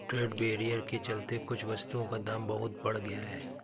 trade barrier के चलते कुछ वस्तुओं का दाम बहुत बढ़ गया है